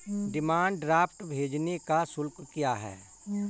Demand draft भेजने का शुल्क क्या है?